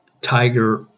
tiger